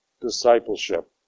discipleship